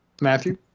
Matthew